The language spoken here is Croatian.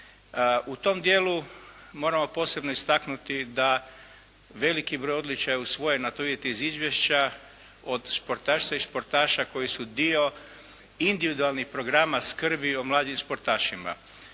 U tom dijelu moramo posebno istaknuti da veliki broj odličja je osvojen a to vidite iz izvješća, od športašica i športaša koji su dio individualnih programa skrbi o mladim športašima.